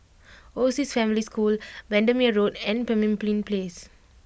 Overseas Family School Bendemeer Road and Pemimpin Place